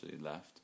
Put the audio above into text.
left